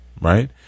right